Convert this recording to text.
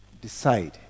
decide